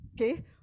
Okay